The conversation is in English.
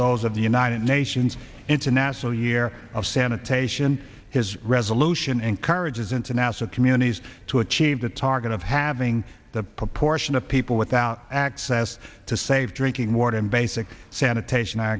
goals of the united nations international year of sanitation his resolution encourages international community's to achieve the target of having the proportion of people without access to safe drinking water and basic sanitation i